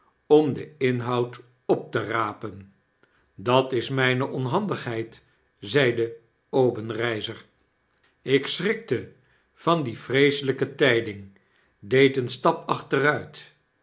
om den inhoud op te rapen dat is mgne onhandigheid zeide obenreizer ik schrikte van die vreeselgke tgding deed een stap achteruit